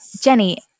Jenny